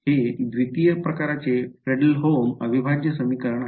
हे द्वितीय प्रकारचे फ्रेडहोल्म अविभाज्य समीकरण आहे